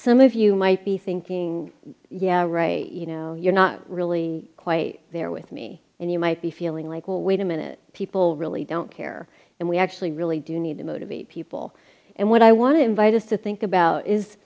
some of you might be thinking yeah right you know you're not really quite there with me and you might be feeling like well wait a minute people really don't care and we actually really do need to motivate people and what i want to invite us to think about is